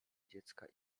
dziecka